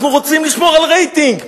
אנחנו רוצים לשמור על רייטינג.